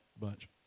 bunch